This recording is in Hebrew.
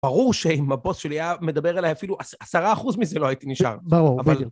ברור שאם הבוס שלי היה מדבר אליי אפילו עשרה אחוז מזה לא הייתי נשאר. ברור, בדיוק. אבל...